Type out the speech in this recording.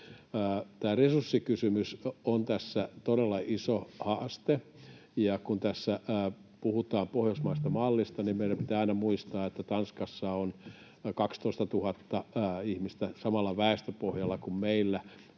resurssikysymys on tässä todella iso haaste. Kun tässä puhutaan pohjoismaisesta mallista, niin meidän pitää aina muistaa, että Tanskassa on 12 000 ihmistä samalla väestöpohjalla, kun meillä